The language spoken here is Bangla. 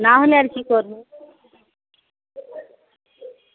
না হলে আর কী করবো